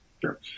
Sure